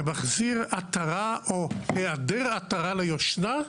שמחזיר עטרה או היעדר עטרה ליושנה,